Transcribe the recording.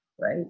right